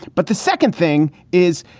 but the second thing is,